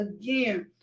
again